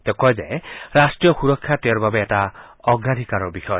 তেওঁ কয় যে ৰাষ্ট্ৰীয় সুৰক্ষা তেওঁৰ বাবে এটা অগ্ৰাধিকাৰৰ বিষয়